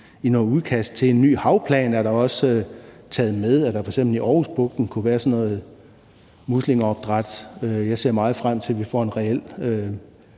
i et udkast til en ny havplan er der også taget med, at der f.eks. i Aarhusbugten kunne være sådan noget muslingeopdræt. Jeg ser meget frem til, at vi får et reelt